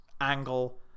angle